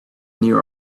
new